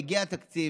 היום הגיע תקציב